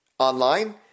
Online